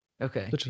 Okay